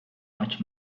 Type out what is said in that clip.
much